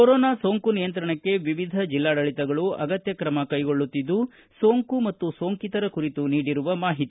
corona ಸೋಂಕು ನಿಯಂತ್ರಣಕ್ಕೆ ವಿವಿಧ ಜಿಲ್ಲಾಡಳಿತಗಳು ಅಗತ್ಯ ತ್ರಮ ಕೈಗೊಳ್ಳುತ್ತಿದ್ದು ಸೋಂಕು ಮತ್ತು ಸೋಂಕಿತರ ಕುರಿತು ನೀಡಿರುವ ಮಾಹಿತಿ